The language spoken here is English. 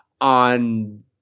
on